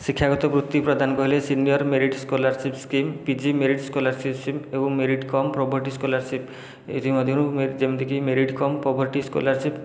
ଶିକ୍ଷାଗତ ବୃତ୍ତି ପ୍ରଦାନ କହିଲେ senior merit scholarship scheme PG merit scholarship scheme ଏବଂ ମେରିଟ୍ କମ୍ ପ୍ରଭର୍ଟି ସ୍କଲାରସିପ୍ ଏଥିମଧ୍ୟରୁ ଯେମିତିକି ମେରିଟ୍ କମ୍ ପ୍ରଭର୍ଟି ସ୍କଲାରସିପ୍